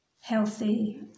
healthy